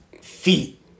Feet